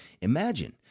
Imagine